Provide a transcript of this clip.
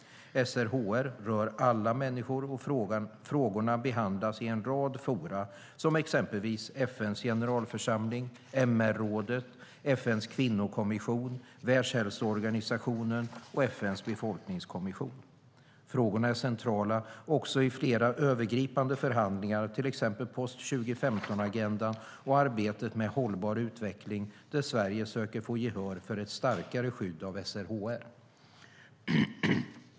SRHR rör alla människor, och frågorna behandlas i en rad forum, som exempelvis i FN:s generalförsamling, MR-rådet, FN:s kvinnokommission , Världshälsoorganisationen och FN:s befolkningskommission. Frågorna är centrala också i flera övergripande förhandlingar, till exempel post-2015-agendan och arbetet med hållbar utveckling, där Sverige söker få gehör för ett starkare skydd av SRHR.